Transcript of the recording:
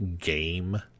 game